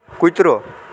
કૂતરો